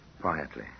quietly